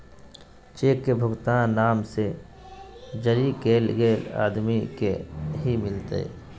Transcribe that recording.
cheque के भुगतान नाम से जरी कैल गेल आदमी के ही मिलते